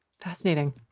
fascinating